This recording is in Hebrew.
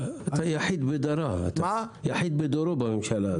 אתה יחיד בדורו בממשלה הזאת.